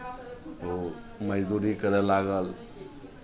ओ मजदूरी करय लागल